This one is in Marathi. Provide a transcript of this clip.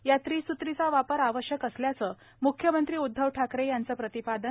या त्रि सूत्रीचा वापर आवश्यक असल्याचं म्ख्यमंत्री उद्धव ठाकरे यांचं प्रतिपादन